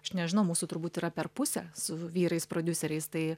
aš nežinau mūsų turbūt yra per pusę su vyrais prodiuseriais tai